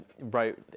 wrote